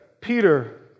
Peter